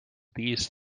these